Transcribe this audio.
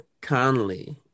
Conley